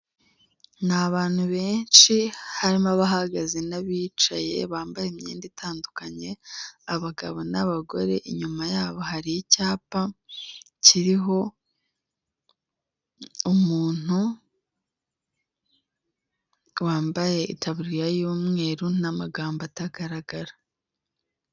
Ni abantu benshi, harimo abahagaze n'abicaye bambaye imyenda itandukanye abagabo n'abagore, inyuma yabo hari icyapa kiriho umuntu wambaye itaburiya y'umweru n'amagambo atagaragara.